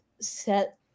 set